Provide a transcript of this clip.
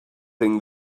thing